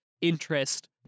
interest